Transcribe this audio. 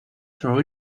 throw